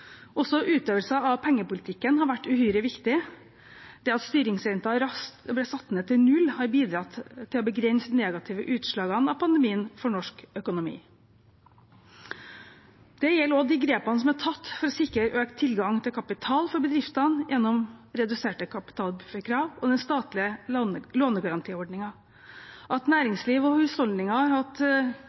Også utøvelsen av pengepolitikken har vært uhyre viktig. Det at styringsrenten raskt ble satt ned til null, har bidratt til å begrense de negative utslagene av pandemien for norsk økonomi. Det gjelder også de grepene som er tatt for å sikre økt tilgang til kapital for bedriftene gjennom reduserte kapitalkrav og den statlige lånegarantiordningen. At næringsliv og husholdninger har hatt